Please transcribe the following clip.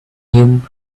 him